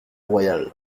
royal